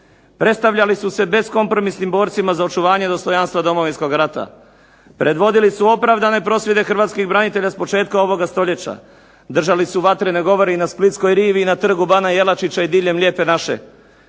Predstavljali su se beskompromisnim borcima za očuvanje dostojanstva Domovinskog rata. Predvodili su opravdane prosvjede hrvatskih branitelja s početka ovoga stoljeća. Držali su vatrene govore i na splitskoj rivi i na trgu bana Jelačića i diljem Lijepe naše.